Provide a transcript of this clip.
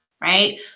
right